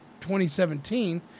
2017